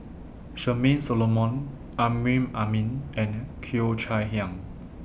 Charmaine Solomon Amrin Amin and Cheo Chai Hiang